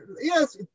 yes